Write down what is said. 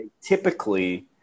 typically